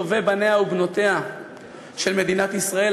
טובי בניה ובנותיה של מדינת ישראל,